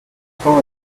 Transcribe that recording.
temps